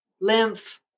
lymph